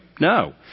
No